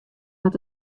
moat